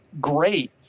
great